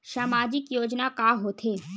सामाजिक योजना का होथे?